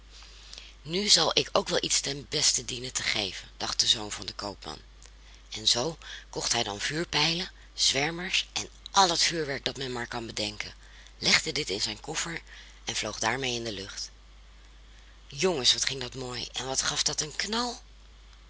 nu zal ik ook wel iets ten beste dienen te geven dacht de zoon van den koopman en zoo kocht hij dan vuurpijlen zwermers en al het vuurwerk dat men maar kan bedenken legde dit in zijn koffer en vloog daarmee in de lucht jongens wat ging dat mooi en wat gaf dat een knal